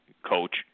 Coach